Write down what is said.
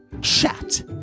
chat